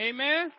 Amen